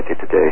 today